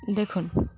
দেখুন